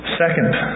second